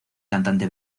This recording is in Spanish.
cantante